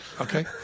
okay